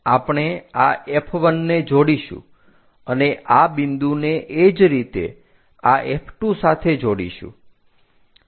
આપણે આ F1 ને જોડીશું અને આ બિંદુને એ જ રીતે આ F2 સાથે જોડીશું